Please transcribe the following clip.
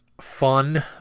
fun